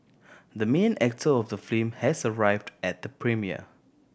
the main actor of the film has arrived at the premiere